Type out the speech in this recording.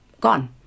gone